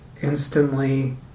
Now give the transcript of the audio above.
instantly